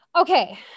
Okay